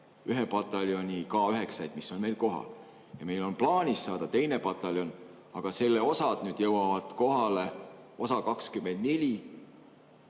ühe pataljoni K9-d, mis on meil kohal. Meil on plaanis saada teine pataljon, aga selle üks osa jõuab kohale 2024.,